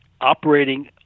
operating